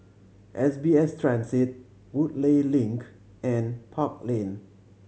S B S Transit Woodleigh Link and Park Lane